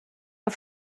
auf